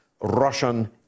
Russian